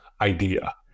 idea